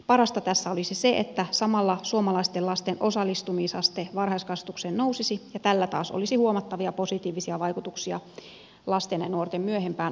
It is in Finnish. parasta tässä olisi se että samalla suomalaisten lasten osallistumisaste varhaiskasvatukseen nousisi ja tällä taas olisi huomattavia positiivisia vaikutuksia lasten ja nuorten myöhempään oppimiseen